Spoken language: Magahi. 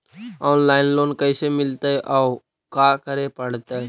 औनलाइन लोन कैसे मिलतै औ का करे पड़तै?